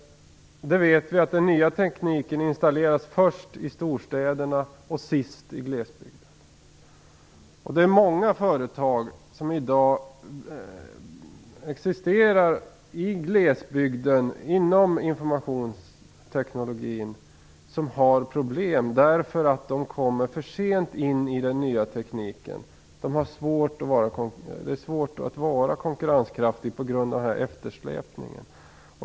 Ny teknik installeras ju först i storstäderna och sist i glesbygden. Många glesbygdsföretag just inom informationstekniken har problem därför att de kommer för sent in i den nya tekniken. Det är svårt att vara konkurrenskraftig på grund av nämnda eftersläpning.